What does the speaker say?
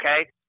Okay